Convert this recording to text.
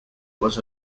was